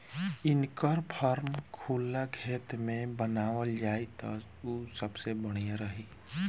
इनकर फार्म खुला खेत में बनावल जाई त उ सबसे बढ़िया रही